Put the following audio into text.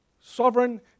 sovereign